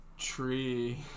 tree